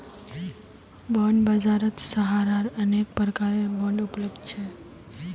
bond बाजारत सहारार अनेक प्रकारेर बांड उपलब्ध छ